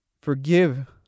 forgive